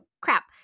crap